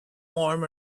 warm